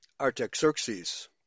Artaxerxes